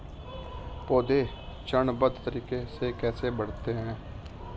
पौधे चरणबद्ध तरीके से कैसे बढ़ते हैं?